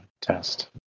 test